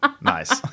Nice